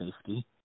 safety